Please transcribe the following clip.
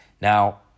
Now